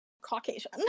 Caucasian